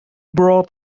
brought